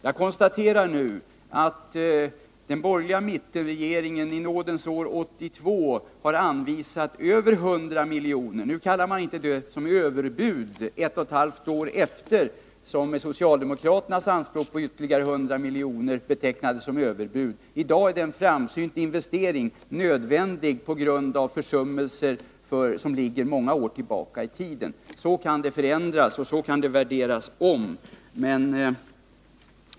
Jag konstaterar nu att den borgerliga mittenregeringen i nådens år 1982 har anvisat över 100 miljoner till investeringar. Nu, ett och ett halvt år efter det att socialdemokraternas anspråk på ytterligare 100 miljoner betecknades som överbud, kallar man det inte så. I dag är det en framsynt investering, nödvändig på grund av försummelser som ligger många år tillbaka i tiden. — Så kan saker och ting förändras och värderas om!